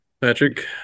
Patrick